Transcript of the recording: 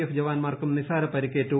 F ജവാന്മാർക്കും ്നിസ്സാര പരിക്കേറ്റു